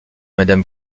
madame